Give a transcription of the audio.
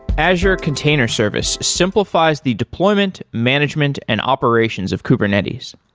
azure container service simplifies the deployment, management and operations of kubernetes.